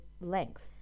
length